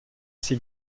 sie